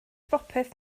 bopeth